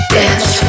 dance